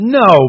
no